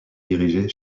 diriger